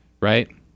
Right